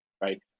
right